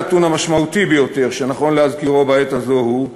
הנתון המשמעותי ביותר שנכון להזכירו בעת הזאת הוא: